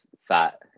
fat